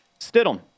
Stidham